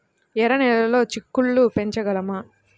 ఎర్ర నెలలో చిక్కుళ్ళు పెంచగలమా?